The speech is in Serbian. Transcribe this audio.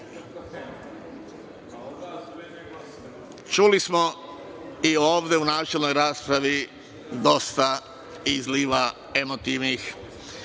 Čuli smo i ovde u načelnoj raspravi dosta izliva emotivnih,